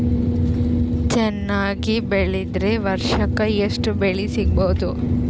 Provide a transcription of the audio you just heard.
ಚೆನ್ನಾಗಿ ಬೆಳೆದ್ರೆ ವರ್ಷಕ ಎಷ್ಟು ಬೆಳೆ ಸಿಗಬಹುದು?